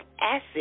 acid